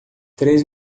três